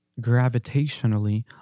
gravitationally